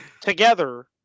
together